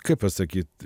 kaip pasakyt